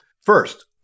First